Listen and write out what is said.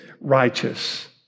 righteous